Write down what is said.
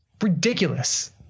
Ridiculous